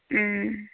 ও